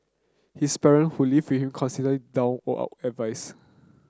his parent who live him constantly doled out advice